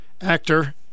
actor